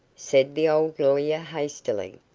said the old lawyer, hastily.